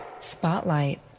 Spotlight